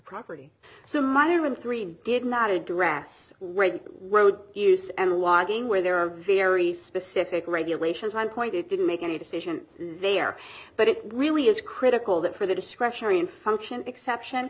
property so minor in three did not address weight use and wadding where there are very specific regulations i'm point it didn't make any decision there but it really is critical that for the discretionary in function exception